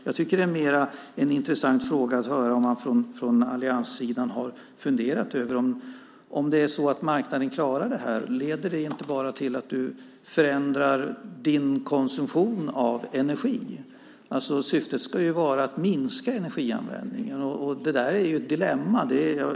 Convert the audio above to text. Jag tycker att det mer är intressant att höra om man från allianssidan har funderat över detta. Om det är så att marknaden klarar det här, leder det då inte bara till att du förändrar din konsumtion av energi? Syftet ska ju vara att minska energianvändningen. Det där är ett dilemma.